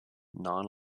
non